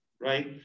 right